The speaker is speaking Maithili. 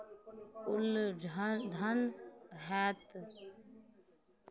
उल झ झन हएत